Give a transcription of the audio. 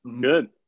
Good